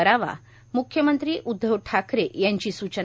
करावा म्ख्यमंत्री उदधव ठाकरे यांची सूचना